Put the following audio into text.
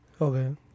Okay